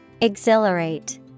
exhilarate